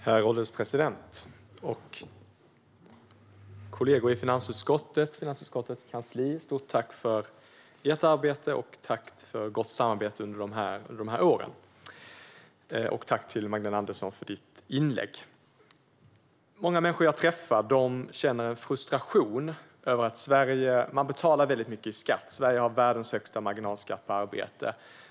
Herr ålderspresident! Kollegor i finansutskottet! Finansutskottets kansli! Stort tack för ert arbete, och tack för gott samarbete under de här åren! Tack, Magdalena Andersson, för ditt inlägg! Många människor som jag träffar känner en frustration. I Sverige betalar man väldigt mycket i skatt. Sverige har världens högsta marginalskatt på arbete.